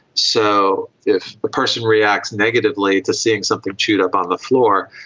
so if a person reacts negatively to seeing something chewed up on the floor,